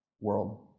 world